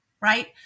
right